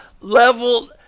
level